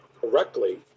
correctly